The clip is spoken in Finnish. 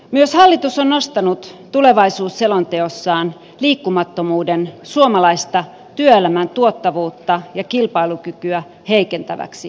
myös hallitus on nostanut tulevaisuusselonteossaan liikkumattomuuden suomalaista työelämän tuottavuutta ja kilpailukykyä heikentäväksi tekijäksi